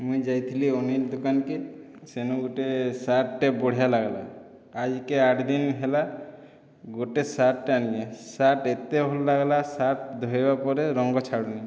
ମୁଁଇ ଯାଇଥିଲି ଅନିଲ ଦୁକାନକେ ସେନୁ ଗୁଟେ ସାର୍ଟଟେ ବଢ଼ିଆ ଲାଗ୍ଲା ଆଏଜ୍ କେ ଆଠ ଦିନ ହେଲା ଗୁଟେ ସାର୍ଟଟେ ଆଣଲି ସାର୍ଟ ଏତେ ଭଲ ଲାଗ୍ଲା ସାର୍ଟ ଧୋଇବା ପରେ ରଙ୍ଗ ଛାଡ଼ୁନି